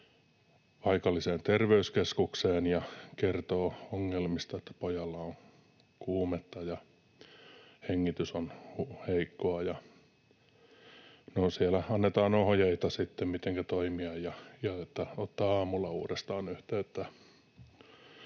paikalliseen terveyskeskukseen ja kertoo ongelmista, että pojalla on kuumetta ja hengitys on heikkoa. No, siellä annetaan sitten ohjeita, mitenkä toimia ja että ottaa aamulla uudestaan yhteyttä.